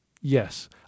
yes